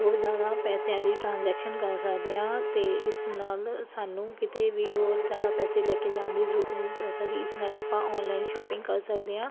ਬਹੁਤ ਜ਼ਿਆਦਾ ਪੈਸਿਆਂ ਦੀ ਟਰਾਂਜੈਕਸ਼ਨ ਕਰ ਸਕਦੇ ਹਾਂ ਅਤੇ ਇਸ ਨਾਲ ਸਾਨੂੰ ਕਿਤੇ ਵੀ ਹੋਰ ਜ਼ਿਆਦਾ ਪੈਸੇ ਲੈ ਕੇ ਜਾਣ ਦੀ ਜ਼ਰੂਰਤ ਨਹੀਂ ਪੈ ਸਕਦੀ ਇਸ ਨਾਲ ਆਪਾਂ ਔਨਲਾਈਨ ਸ਼ੋਪਿੰਗ ਕਰ ਸਕਦੇ ਹਾਂ